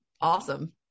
awesome